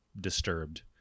disturbed